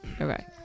Okay